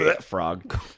Frog